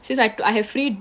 since I have to I have free